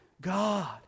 God